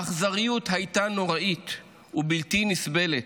האכזריות הייתה נוראית ובלתי נסבלת.